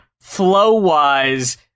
flow-wise